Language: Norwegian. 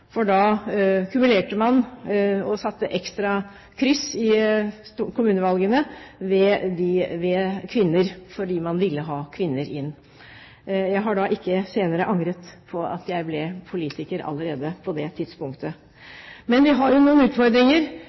Da kumulerte man og satte ekstra kryss ved kvinner i kommunevalgene, fordi man ville ha kvinner inn. Jeg har ikke senere angret på at jeg ble politiker allerede på det tidspunktet. Men vi har jo noen utfordringer: